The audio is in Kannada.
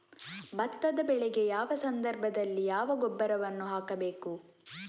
ಭತ್ತದ ಬೆಳೆಗೆ ಯಾವ ಸಂದರ್ಭದಲ್ಲಿ ಯಾವ ಗೊಬ್ಬರವನ್ನು ಹಾಕಬೇಕು?